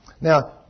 Now